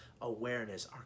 awareness